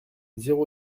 zéro